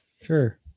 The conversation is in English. Sure